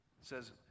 says